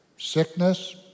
Sickness